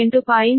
41 metre ಆಗಿದೆ